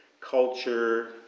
culture